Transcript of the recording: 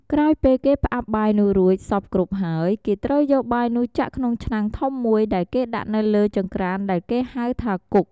ក្រោយពេលគេផ្អាប់បាយនោះរួចសព្វគ្រប់ហើយ គេត្រូវយកបាយនោះចាក់ក្នុងឆ្នាំងធំមួយដែលគេដាក់នៅលើចង្ក្រានដែលគេហៅថាគុក។